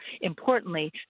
importantly